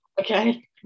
Okay